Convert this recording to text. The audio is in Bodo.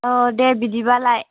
अ' दे बिदिबालाय